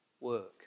work